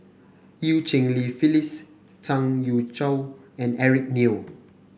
Eu Cheng Li Phyllis Zhang Youshuo and Eric Neo